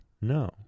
No